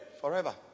forever